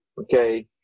Okay